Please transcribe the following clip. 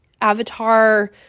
Avatar